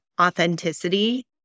authenticity